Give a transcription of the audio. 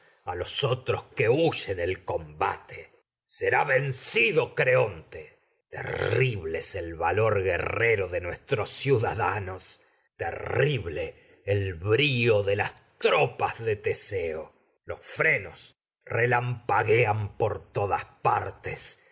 carros los otros huyen el combate será vencido terrible guerrero el valor de de nuestros ciudadanos terrible el los frenos brío las tropas de teseo se relampaguean por todas partes